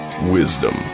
Wisdom